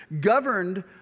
governed